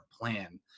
plan